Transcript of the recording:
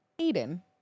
Aiden